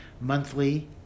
monthly